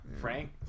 Frank